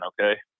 okay